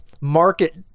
market